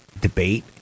debate